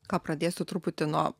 ką pradėsiu truputį nuo